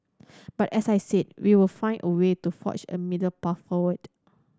but as I said we will find a way to forge a middle path forward